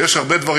יש הרבה דברים.